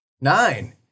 Nine